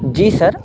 جی سر